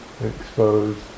exposed